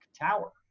tower